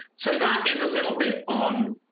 so that is a little bit on.